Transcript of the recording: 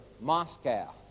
Moscow